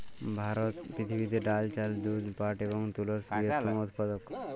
ভারত পৃথিবীতে ডাল, চাল, দুধ, পাট এবং তুলোর সর্ববৃহৎ উৎপাদক